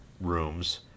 rooms